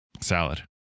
Salad